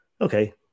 Okay